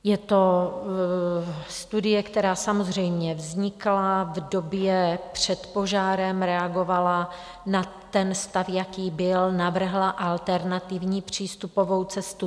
Je to studie, která samozřejmě vznikla v době před požárem, reagovala na stav, jaký byl, navrhla alternativní přístupovou cestu.